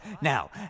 Now